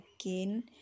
again